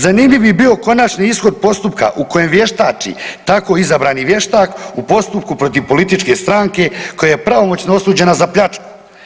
Zanimljiv bi bio konačni ishod postupka u kojem vještači tako izabrani vještak u postupku protiv političke stranke koja je pravomoćno osuđena za pljačku.